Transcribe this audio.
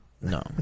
No